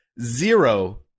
Zero